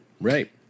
right